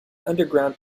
underground